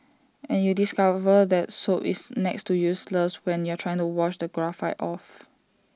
and you discover that soap is next to useless when you are trying to wash the graphite off